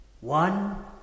One